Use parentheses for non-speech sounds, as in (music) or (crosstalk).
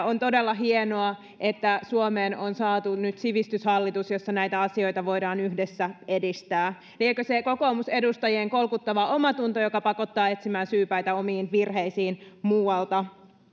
(unintelligible) on todella hienoa että suomeen on saatu nyt sivistyshallitus jossa näitä asioita voidaan yhdessä edistää liekö se kokoomusedustajien kolkuttava omatunto joka pakottaa etsimään syypäitä omiin virheisiinsä muualta